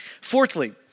Fourthly